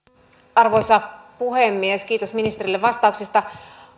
arvoisa puhemies kiitos ministerille vastauksista